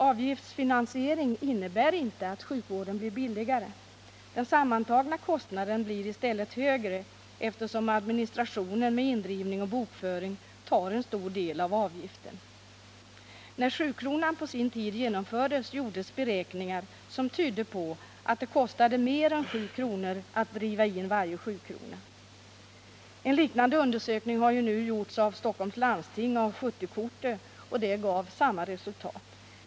Avgiftsfinansiering innebär inte att sjukvården blir billigare; den sammantagna kostnaden blir i stället högre, eftersom administrationen med indrivning och bokföring tar en stor del av avgifterna. När 7-kronan på sin tid genomfördes gjorde man beräkningar som tydde på att det kostade mer än 7 kr. att driva in varje 7-krona. En liknande undersökning har ju nu gjorts av Stockholms läns landsting när det gäller 70-kortet, och den gav samma resultat.